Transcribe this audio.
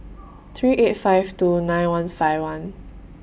three eight five two nine one five one